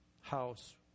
house